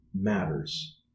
matters